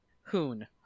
Hoon